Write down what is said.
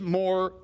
more